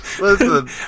Listen